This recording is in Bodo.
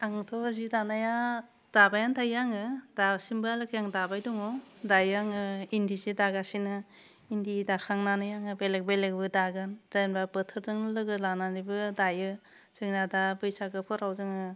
आंथ' जि दानाया दाबायानो थायो आङो दासिमबोहालागै आं दाबाय दङ दायो आङो इन्दि सि दागासिनो इन्दि दाखांनानै आङो बेलेग बेलेगबो दागोन जायना बोथोरजों लोगो लानानैबो दायो जोंना दा बैसागोफोराव जोङो